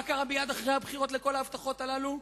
מה קרה מייד אחרי הבחירות לכל ההבטחות הללו?